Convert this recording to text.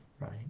Right